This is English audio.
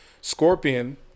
Scorpion